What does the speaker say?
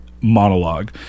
monologue